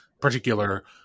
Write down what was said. particular